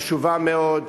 חשובה מאוד,